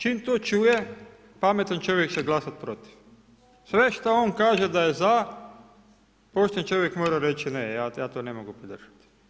Čim to čuje, pametan čovjek će glasati protiv, sve šta on kaže da je za, pošten čovjek mora reći ne, ja to ne mogu podržati.